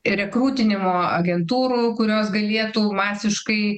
rekrutinimo agentūrų kurios galėtų masiškai